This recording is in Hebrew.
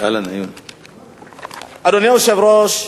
אדוני היושב-ראש,